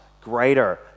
greater